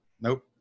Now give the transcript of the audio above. nope